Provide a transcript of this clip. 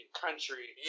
country